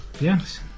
Yes